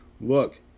Look